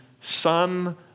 son